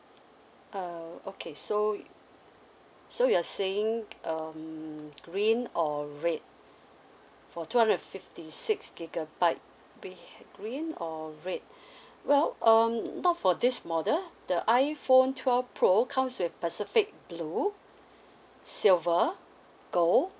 uh okay so so you're saying um green or red for two hundred and fifty six gigabyte we hav~ green or red well um not for this model the iPhone twelve pro comes with specific blue silver gold